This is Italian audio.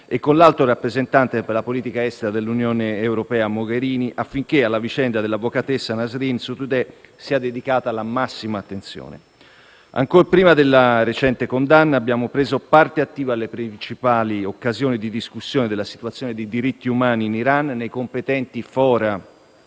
e con l'Alto rappresentante per la politica estera dell'Unione europea Mogherini, affinché alla vicenda dell'avvocatessa Nasrin Sotoudeh sia dedicata la massima attenzione. Ancor prima della recente condanna, abbiamo preso parte attiva alle principali occasioni di discussione della situazione dei diritti umani in Iran nei competenti *fora*